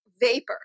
vapor